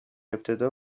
ابتدا